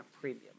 premium